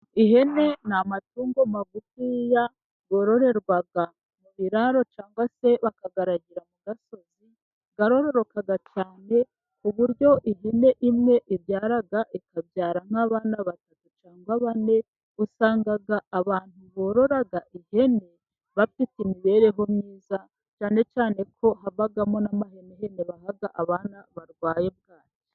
Ihene ni amatungo magufiya bororera mu birararo cyangwa se bakayaragira ku gasozi. Yororoka cyane ku buryo ihene imwe ibyara ikabyara nk'abana batatu cyangwa bane. Wasangaga abantu borora ihene bafite imibereho myiza cyane cyane ko habagamo n'amahenehene baha abana barwaye bwaki.